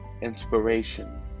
inspiration